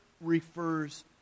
refers